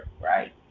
right